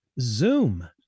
zoom